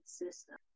system